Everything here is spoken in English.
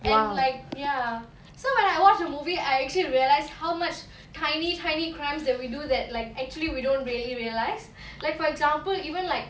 and like ya so when I watched the movie I actually realise how much tiny tiny crimes that we do that like actually we don't really realise like for example even like